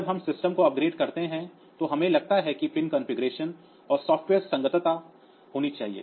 जब हम सिस्टम को अपग्रेड करते हैं तो हमें लगता है कि पिन कॉन्फ़िगरेशन और सॉफ़्टवेयर संगतता होनी चाहिए